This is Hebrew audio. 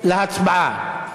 עוברים להצבעה.